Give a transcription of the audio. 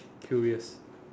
curious